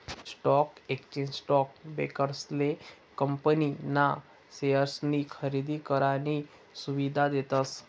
stock exchange stock ब्रोकरेसले company ना शेअर्सनी खरेदी करानी सुविधा देतस